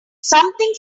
something